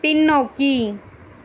பின்னோக்கி